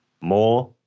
more